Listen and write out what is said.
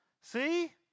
See